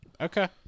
Okay